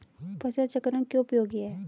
फसल चक्रण क्यों उपयोगी है?